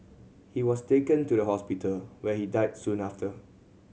he was taken to the hospital where he died soon after